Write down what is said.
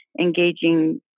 engaging